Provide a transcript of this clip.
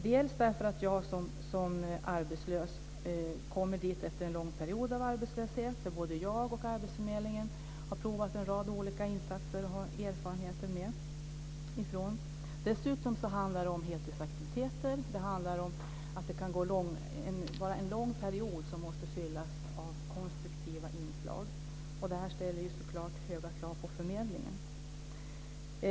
Dels är det så att jag som arbetslös kommer dit efter en lång period av arbetslöshet där både jag och arbetsförmedlingen har provat en rad olika insatser som vi har erfarenheter från. Dels handlar det om heltidsaktiviteter. Det kan handla om en lång period som måste fyllas med konstruktiva inslag. Det ställer förstås höga krav på förmedlingen.